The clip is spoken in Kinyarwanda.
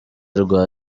rwa